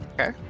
Okay